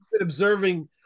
observing